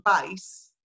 base